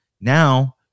Now